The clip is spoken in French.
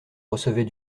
recevait